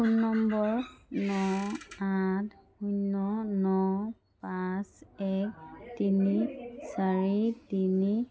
phone number ন আঠ শূন্য ন পাঁচ এক তিনি চাৰি তিনি